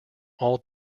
all